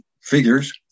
figures